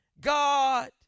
God